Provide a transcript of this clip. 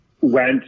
went